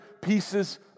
pieces